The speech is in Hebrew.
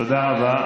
תודה רבה.